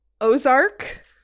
Ozark